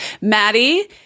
Maddie